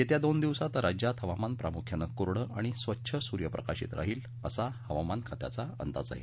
येत्या दोन दिवसात राज्यात हवामान प्रामुख्यानं कोरडं आणि स्वच्छ सुर्यप्रकाशित राहिल असा हवामान खात्याचा अंदाज आहे